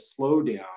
slowdown